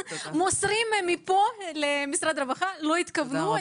אנחנו מוסרים מפה למשרד הרווחה שזו לא הייתה הכוונה.